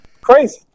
crazy